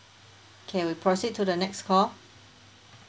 K we proceed to the next call